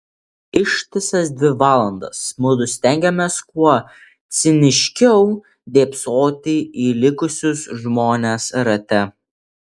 ištisas dvi valandas mudu stengėmės kuo ciniškiau dėbsoti į likusius žmones rate